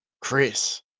Chris